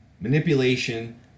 Manipulation